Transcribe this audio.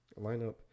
lineup